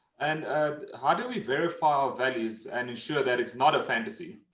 and how do we verify our values and ensure that it's not a fantasy?